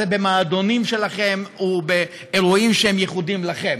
במועדונים שלכם ובאירועים שהם ייחודיים לכם.